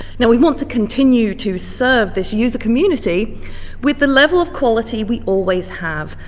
now we want to continue to serve this user community with the level of quality we always have,